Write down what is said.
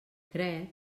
crec